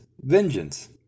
Vengeance